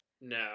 No